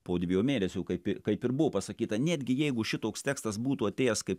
po dviejų mėnesių kai kaip ir buvo pasakyta netgi jeigu šitoks tekstas būtų atėjęs kaip